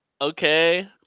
okay